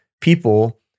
people